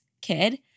kid